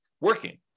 working